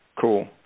Cool